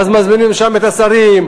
ואז מזמינים לשם את השרים,